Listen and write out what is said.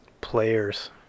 Players